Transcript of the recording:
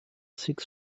six